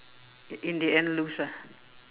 in the end lose ah